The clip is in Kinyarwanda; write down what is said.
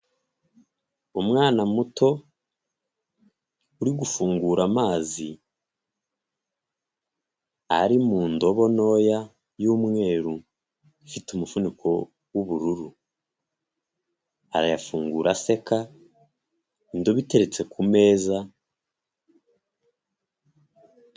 Umwana muto uri gufungura amazi ari mu ndobo ntoya y'umweru, ifite umufuniko w'ubururu. Arayafungura aseka, indobo iteretse ku meza.